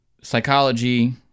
psychology